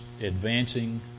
advancing